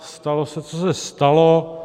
Stalo se, co se stalo.